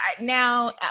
Now